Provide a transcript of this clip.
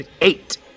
eight